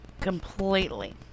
Completely